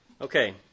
Okay